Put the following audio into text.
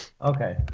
Okay